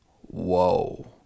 whoa